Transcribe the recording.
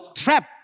trap